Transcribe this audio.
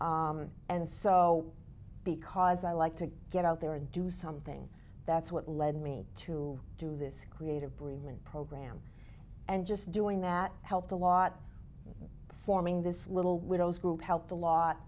and so because i like to get out there and do something that's what led me to do this creative bereavement program and just doing that helped a lot forming this little widow's group helped a lot